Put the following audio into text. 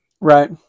Right